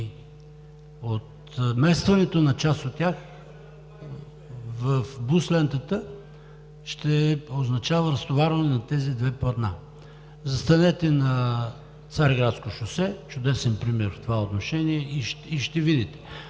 И отместването на част от тях в бус лентата ще означава разтоварване на тези две платна. Застанете на Цариградско шосе – чудесен пример в това отношение, и ще видите.